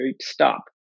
stop